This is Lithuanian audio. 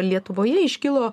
lietuvoje iškilo